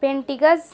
paintings